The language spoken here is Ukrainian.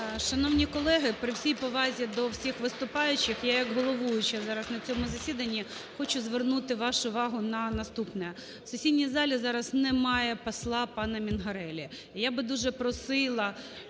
Шановні колеги, при всій повазі до всіх виступаючих, я як головуюча зараз на цьому засіданні хочу звернути вашу увагу на наступне. В сесійній залі зараз немає посла пана Мінґареллі. Я би дуже просила...